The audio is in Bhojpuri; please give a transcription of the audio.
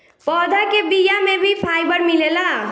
पौधा के बिया में भी फाइबर मिलेला